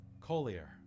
Collier